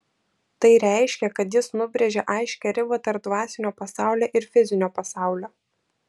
tai reiškia kad jis nubrėžia aiškią ribą tarp dvasinio pasaulio ir fizinio pasaulio